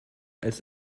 als